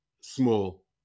small